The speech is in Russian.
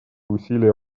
усилия